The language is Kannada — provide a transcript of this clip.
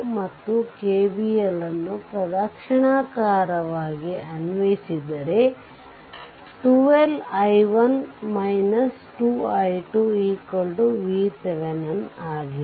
ಮತ್ತು KVL ನ್ನು ಅಪ್ರದಕ್ಷಿಣಾಕಾರವಾಗಿ ಅನ್ವಯಿಸಿದರೆ 12 i1 2 i2 VThevenin ಆಗಿದೆ